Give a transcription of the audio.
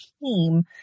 team